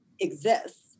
exists